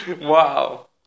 Wow